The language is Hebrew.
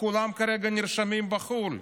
כולם כרגע נרשמים בחו"ל.